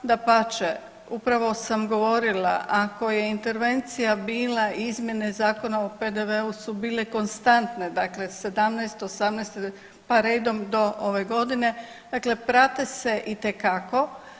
Dapače, upravo sam govorila ako je intervencija bila izmjene Zakona o PDV-u su bile konstantne dakle '17., '18. pa redom do ove godine, dakle prate se itekako.